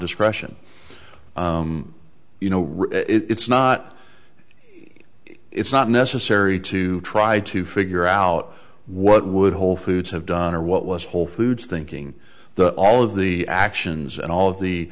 discretion you know it's not it's not necessary to try to figure out what would whole foods have done or what was whole foods thinking that all of the actions and all of